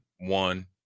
one